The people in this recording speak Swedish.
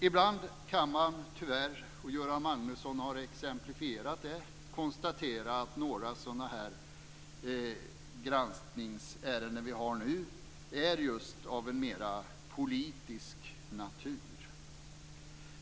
Ibland kan man tyvärr - Göran Magnusson har exemplifierat det - konstatera att några av granskningsärendena är av mer politisk natur.